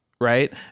Right